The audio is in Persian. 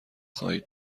خواهید